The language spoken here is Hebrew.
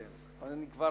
אבל כבר